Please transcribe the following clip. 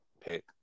pick